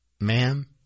Ma'am